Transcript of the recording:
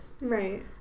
Right